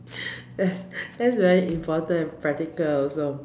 that's that's very important and practical also